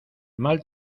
mal